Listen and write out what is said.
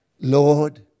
Lord